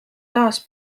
taas